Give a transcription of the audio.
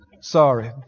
Sorry